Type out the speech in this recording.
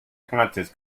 content